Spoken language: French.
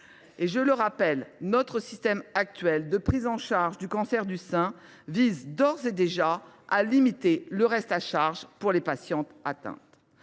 Je le rappelle, notre système actuel de prise en charge du cancer du sein vise d’ores et déjà à limiter le reste à charge pour les patientes.